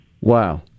Wow